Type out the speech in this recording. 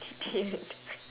idiot